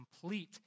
complete